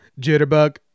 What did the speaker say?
jitterbug